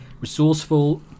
resourceful